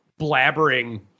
blabbering